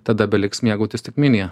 tada beliks mėgautis tik minija